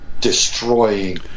destroying